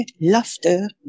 laughter